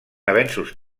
avenços